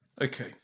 Okay